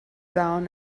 down